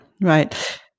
right